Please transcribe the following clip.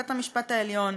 בית-המשפט העליון,